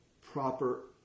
proper